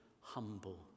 humble